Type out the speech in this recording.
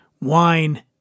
wine